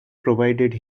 provided